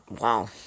wow